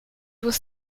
was